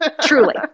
truly